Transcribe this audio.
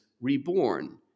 reborn